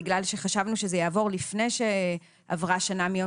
בגלל שחשבנו שזה יעבור לפני שעברה שנה מיום